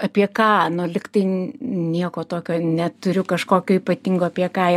apie ką nu lyg tai nieko tokio neturiu kažkokio ypatingo apie ką